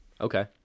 Okay